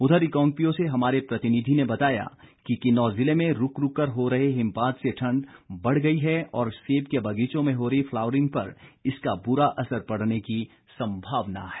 उधर रिकांगपिओ से हमारे प्रतिनिधि ने बताया कि किन्नौर जिले में रूक रूक कर हो रहे हिमपात से ठंड बढ़ गई है और सेब के बागीचों में हो रही फ्लावरिंग पर इसका बु्रा असर पड़ने की संभावना है